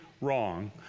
wrong